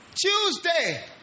Tuesday